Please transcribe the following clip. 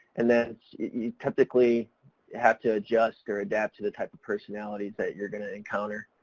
and then you typically have to adjust or adapt to the type of personalities that you're going to encounter.